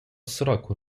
сраку